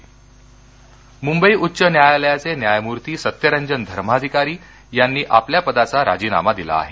राजीनामा मंबई मुंबई उच्च न्यायालयाचे न्यायमूर्ती सत्यरंजन धर्माधिकारी यांनी आपल्या पदाचा राजीनामा दिला आहे